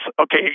okay